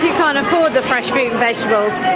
who can't afford the fresh fruit and vegetables,